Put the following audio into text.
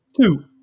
two